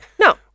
No